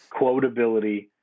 quotability